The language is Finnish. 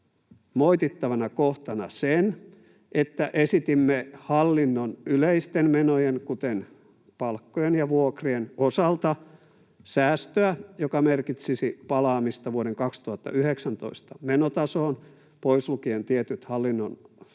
moitittavana kohtana sen, että esitimme hallinnon yleisten menojen, kuten palkkojen ja vuokrien, osalta säästöä, joka merkitsisi palaamista vuoden 2019 menotasoon, pois lukien tietyt hallinnonalat,